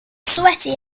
sweaty